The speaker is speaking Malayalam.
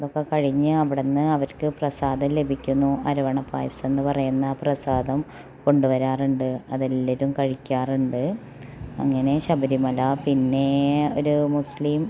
അതൊക്കെ കഴിഞ്ഞ് അവിടെ നിന്ന് അവർക്ക് പ്രസാദം ലഭിക്കുന്നു അരവണ പായസം എന്ന് പറയുന്ന പ്രസാദം കൊണ്ട് വരാറുണ്ട് അതെല്ലവരും കഴിക്കാറുണ്ട് അങ്ങനെ ശബരിമല പിന്നേ ഒരു മുസ്ലീം